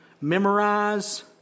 memorize